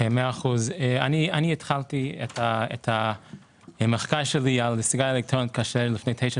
אני התחלתי במחקר על סיגריות אלקטרוניות כאשר לפני תשע